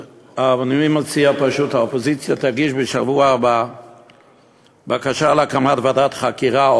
אני מציע פשוט שהאופוזיציה תגיש בשבוע הבא בקשה להקמת ועדת חקירה,